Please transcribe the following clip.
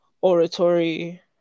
oratory